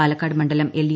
പാലക്കാട് മണ്ഡലം L D